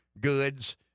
goods